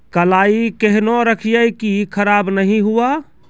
कलाई केहनो रखिए की खराब नहीं हुआ?